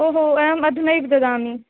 ओहो अहम् अधुनैव ददामि